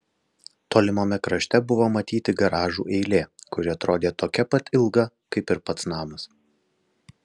tolimame krašte buvo matyti garažų eilė kuri atrodė tokia pat ilga kaip ir pats namas